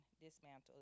dismantle